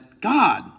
God